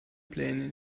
pläne